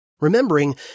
remembering